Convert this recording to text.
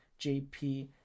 jp